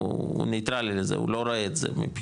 הוא נטרלי לזה, הוא לא רואה את זה מבחינתו.